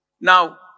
Now